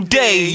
day